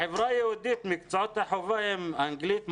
בחברה היהודית מקצועות החובה הם אנגלית,